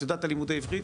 את יודעת על לימודי עברית,